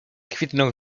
kwitną